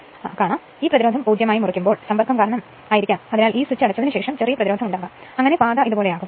നമ്മൾ ഈ പ്രതിരോധം 0 ആയി മുറിക്കുമ്പോൾ സമ്പർക്കം കാരണം ആയിരിക്കാം അതിനാൽ ഈ സ്വിച്ച് അടച്ചതിനുശേഷം ചെറിയ പ്രതിരോധം ഉണ്ടാകാം അങ്ങനെ പാത ഇതുപോലെയാകും